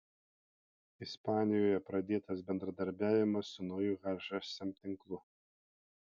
ispanijoje pradėtas bendradarbiavimas su nauju hsm tinklu